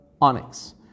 onyx